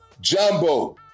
Jumbo